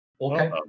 Okay